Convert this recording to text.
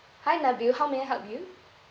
hi nabil how may I help you